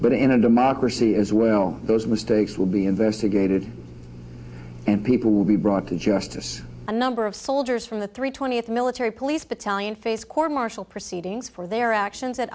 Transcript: but in a democracy as well those mistakes will be investigated and people will be brought to justice a number of soldiers from the three twentieth military police battalion face court martial proceedings for their actions